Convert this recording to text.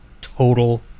total